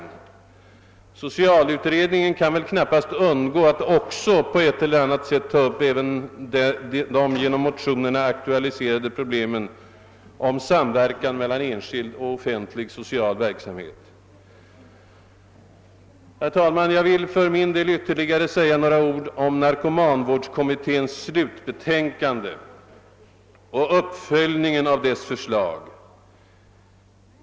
Den parlamentariska socialutredningen kan knappast undgå att också på ett eller annat sätt ta upp de genom motionerna aktualiserade problemen om samverkan mellan enskild och offentlig social verksamhet. Herr talman! Jag vill för min del säga ytterligare några ord, nämligen om narkomanvårdskommitténs slutbetänkande och uppföljningen av dess förslag.